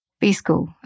B-School